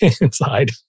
inside